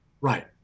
Right